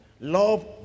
love